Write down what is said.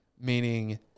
meaning